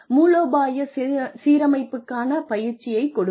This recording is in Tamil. மூலோபாய சீரமைப்புக்கான பயிற்சியை கொடுங்கள்